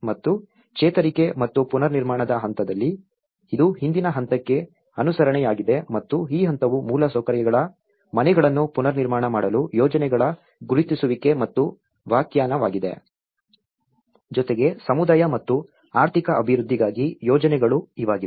ಮತ್ತು ಚೇತರಿಕೆ ಮತ್ತು ಪುನರ್ನಿರ್ಮಾಣದ ಹಂತದಲ್ಲಿ ಇದು ಹಿಂದಿನ ಹಂತಕ್ಕೆ ಅನುಸರಣೆಯಾಗಿದೆ ಮತ್ತು ಈ ಹಂತವು ಮೂಲಸೌಕರ್ಯಗಳ ಮನೆಗಳನ್ನು ಪುನರ್ನಿರ್ಮಾಣ ಮಾಡಲು ಯೋಜನೆಗಳ ಗುರುತಿಸುವಿಕೆ ಮತ್ತು ವ್ಯಾಖ್ಯಾನವಾಗಿದೆ ಜೊತೆಗೆ ಸಮುದಾಯ ಮತ್ತು ಆರ್ಥಿಕ ಅಭಿವೃದ್ಧಿಗಾಗಿ ಯೋಜನೆಗಳು ಇವಾಗಿವೆ